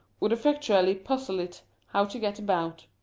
would effectually puzzle it how to get about.